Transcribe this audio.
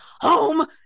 home